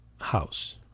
house